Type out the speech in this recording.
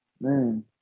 Man